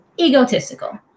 egotistical